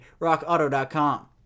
rockauto.com